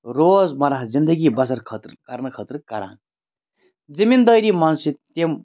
روز مَرہ زِندگی بسَر خٲطرٕ کرنہٕ خٲطرٕ کران زٔمیٖندٲری منٛز چھِ تِم